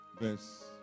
verse